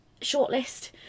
shortlist